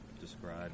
describe